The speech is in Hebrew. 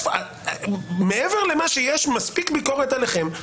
מעבר למה שיש ביקורת אליכם,